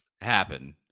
happen